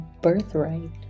birthright